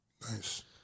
Nice